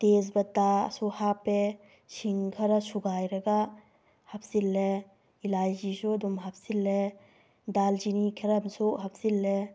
ꯇꯦꯁꯕꯇꯥꯁꯨ ꯍꯥꯞꯄꯦ ꯁꯤꯡ ꯈꯔ ꯁꯨꯒꯥꯏꯔꯒ ꯍꯥꯞꯆꯤꯜꯂꯦ ꯑꯦꯂꯥꯏꯆꯤꯁꯨ ꯑꯗꯨꯝ ꯍꯥꯞꯆꯤꯜꯂꯦ ꯗꯥꯜꯆꯤꯅꯤ ꯈꯔ ꯑꯃꯁꯨ ꯍꯥꯞꯆꯤꯜꯂꯦ